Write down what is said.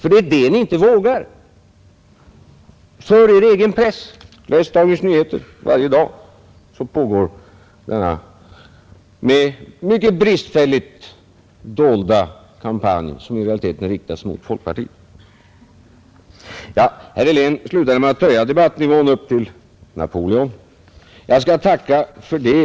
För det är det Ni inte vågar för Er egen press — läs Dagens Nyheter! Varje dag pågår denna mycket bristfälligt dolda kampanj, som i realiteten riktar sig mot folkpartiet. Herr Helén slutade med att höja debattnivån upp till Napoleon. Jag tackar för det.